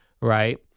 Right